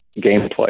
gameplay